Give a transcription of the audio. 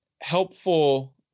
helpful